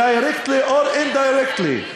directly or indirectly,